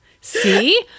See